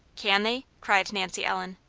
can they? cried nancy ellen.